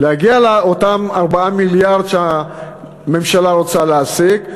להגיע לאותם 4 מיליארד שהממשלה רוצה להשיג,